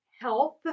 health